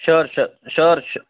sure sure sure